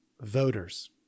voters